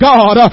God